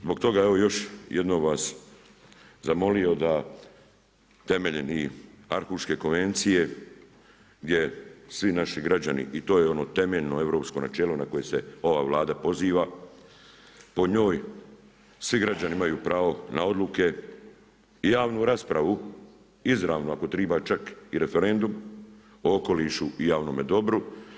Zbog toga evo još jednom bih vas zamolio da temeljem i Arhuške konvencije gdje svi naši građani i to je ono temeljno europsko načelo na koje se ova Vlada poziva, po njoj svi građani imaju pravo na odluke i javnu raspravu izravnu ako treba čak i referendum o okolišu i javnome dobru.